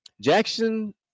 Jackson